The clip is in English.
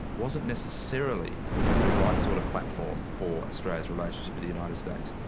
wasn't necessarily the right sort of platform for australia's relationship with the united states.